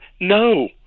No